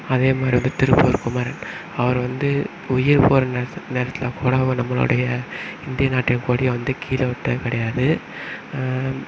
அதேமாதிரி வந்து திருப்பூர் குமரன் அவர் வந்து உயிர் போகிற நேரத்தில் கூட அவர் நம்மளுடைய இந்திய நாட்டின் கொடியை வந்து கீழே விட்டதுக்கிடையாது